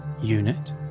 Unit